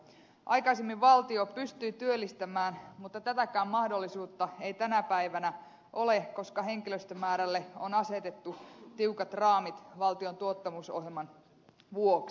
aikaisemmin valtio pystyi työllistämään mutta tätäkään mahdollisuutta ei tänä päivänä ole koska henkilöstömäärälle on asetettu tiukat raamit valtion tuottavuusohjelman vuoksi